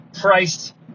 priced